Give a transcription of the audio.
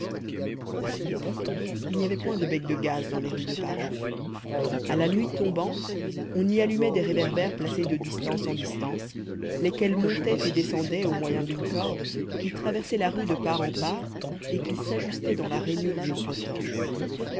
à cette époque il n'y avait point de becs de gaz dans les rues de paris à la nuit tombante on y allumait des réverbères placés de distance en distance lesquels montaient et descendaient au moyen d'une corde qui traversait la rue de part en part et qui s'ajustait dans la rainure d'une potence